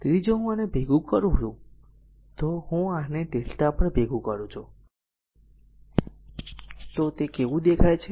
તેથી જો હું આને ભેગુ કરું છું જો હું આને આ lrmΔ પર ભેગું કરું છું તો તે કેવું દેખાય છે